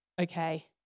Okay